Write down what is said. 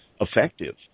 effective